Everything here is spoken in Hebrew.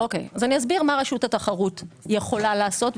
אני אסביר מה רשות התחרות יכולה לעשות,